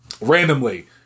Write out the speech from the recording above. Randomly